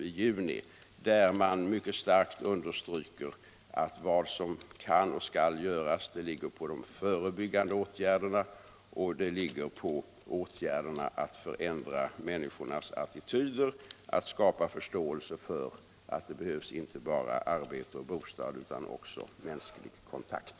I det programmet understryker man från LO:s sida mycket starkt att vad som kan och skall göras ligger på de förebyggande åtgärderna och på åtgärderna att förändra människornas attityder, att skapa förståelse för att det behövs inte bara arbete och bostad utan också mänsklig kontakt.